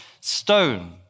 stone